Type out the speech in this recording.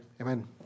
Amen